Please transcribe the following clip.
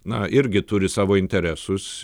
na irgi turi savo interesus